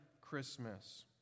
Christmas